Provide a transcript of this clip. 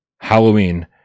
halloween